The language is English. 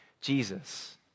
Jesus